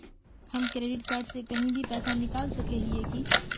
हम credit card से कहीं भी पैसा निकल सके हिये की?